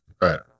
Right